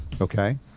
Okay